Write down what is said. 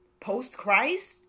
post-Christ